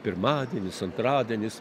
pirmadienis antradienis